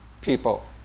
people